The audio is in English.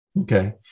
Okay